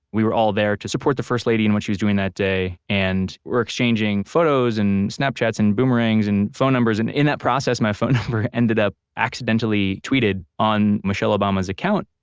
we were all there to support the first lady in what she was doing that day and we're exchanging photos and snapchats and boomerangs and phone numbers and in that process my phone number ended up accidentally tweeted on michelle obama's account.